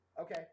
Okay